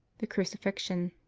the crucifixion.